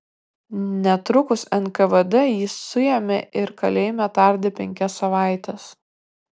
netrukus nkvd jį suėmė ir kalėjime tardė penkias savaites